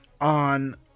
on